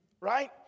Right